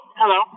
hello